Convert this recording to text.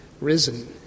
risen